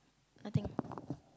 nothing